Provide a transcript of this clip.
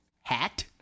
hat